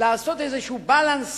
הבאלאנס